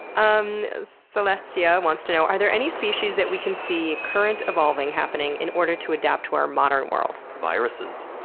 um celestia and wants to know are there any species that we can see currently evolving in order to adapt to our modern world? viruses.